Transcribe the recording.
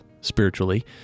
spiritually